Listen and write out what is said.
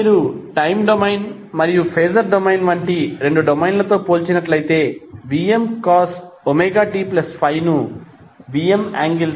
ఇప్పుడు మీరు time domain మరియు ఫేజర్ డొమైన్ వంటి రెండు డొమైన్లతో పోల్చినట్లయితే Vmcos ωt∅ ను Vm∠∅